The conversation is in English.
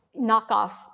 knockoff